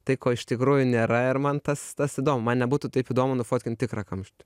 tai ko iš tikrųjų nėra ir man tas tas įdomu nebūtų taip įdomu nufotkint tikrą kamštį